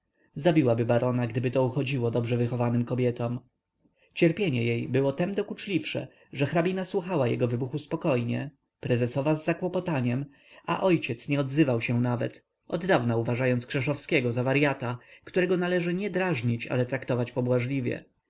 ciosem zabiłaby barona gdyby to uchodziło dobrze wychowanym kobietom cierpienie jej było tem dokuczliwsze że hrabina słuchała jego wybuchu spokojnie prezesowa z zakłopotaniem a ojciec nie odzywał się nawet oddawna uważając krzeszowskiego za waryata którego należy nie drażnić ale traktować pobłażliwie